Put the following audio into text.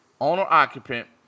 owner-occupant